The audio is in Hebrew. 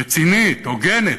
רצינית, הוגנת,